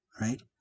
right